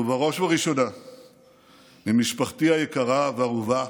ובראש ובראשונה ממשפחתי היקרה והאהובה,